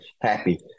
Happy